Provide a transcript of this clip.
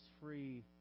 free